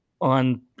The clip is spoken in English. on